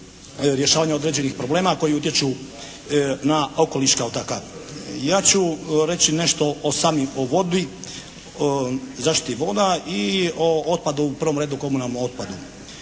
rješavanja određenih problema koji utječu na okoliš kao takav. Ja ću reći nešto o samim, o vodi, zaštiti voda i o otpadu, u prvom redu komunalnom otpadu.